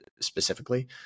specifically